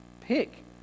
pick